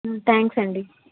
thanks అండి